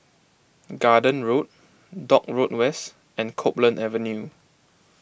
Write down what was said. Garden Road Dock Road West and Copeland Avenue